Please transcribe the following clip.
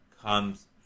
comes